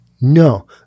No